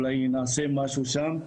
אולי נעשה משהו שם.